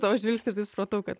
tavo žvilgsnį ir tai supratau kad